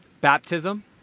Baptism